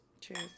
Cheers